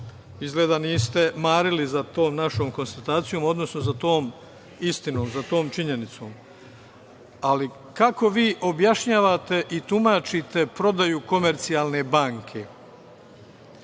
izgleda niste marili, za tu našu konstataciju, odnosno za tu istinu, za tu činjenicu. Kako vi objašnjavate i tumačite prodaju „Komercijalne banke“?